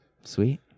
Sweet